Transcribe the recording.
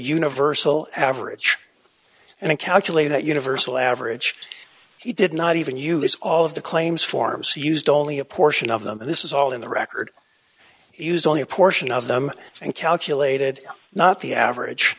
universal average and calculate that universal average he did not even use all of the claims forms used only a portion of them and this is all in the record he used only a portion of them and calculated not the average